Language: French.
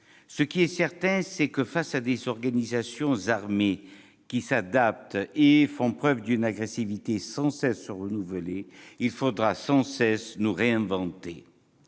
Ce qui est certain, c'est que face à des organisations armées qui s'adaptent et font preuve d'une agressivité sans cesse renouvelée il faudra sans cesse nous réinventer.